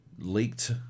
...leaked